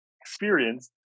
Experience